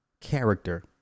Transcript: character